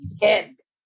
kids